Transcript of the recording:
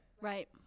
Right